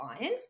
iron